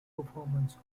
performance